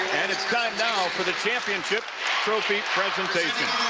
and it's time now for the championship trophy trophy